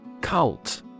Cult